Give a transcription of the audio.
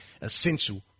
essential